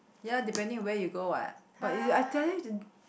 ya depending where you go [what] but I tell you